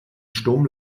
sturm